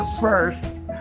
first